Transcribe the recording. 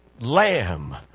lamb